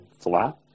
flat